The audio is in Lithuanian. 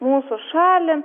mūsų šalį